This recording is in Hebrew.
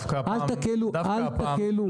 אל תקלו ראש.